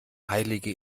heilige